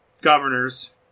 governors